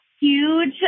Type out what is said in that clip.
huge